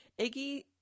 Iggy